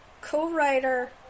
co-writer